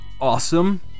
awesome